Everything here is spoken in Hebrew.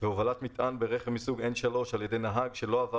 הובלת מטען ברכב מסוג 3N על ידי נהג שלא עבר